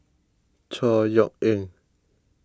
Chor Yeok Eng